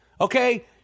okay